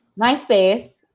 MySpace